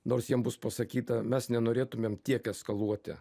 nors jiem bus pasakyta mes nenorėtumėm tiek eskaluoti